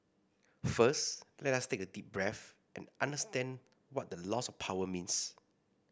first let us take a deep breath and understand what the loss of power means